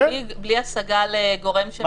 ---- בלי השגה לגורם שמעליו?